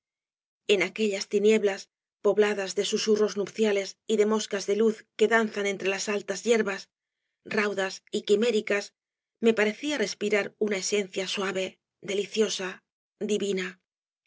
en aquellas tinieblas pobladas de susurros nupciales y de moscas de luz que danzan entre las altas yerbas raudas y quiméricas me parecía respirar una esencia suave deliciosa divina